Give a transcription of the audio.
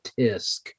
tisk